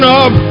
up